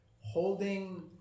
holding